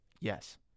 Yes